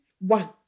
one